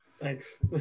Thanks